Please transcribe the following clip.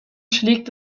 schlägt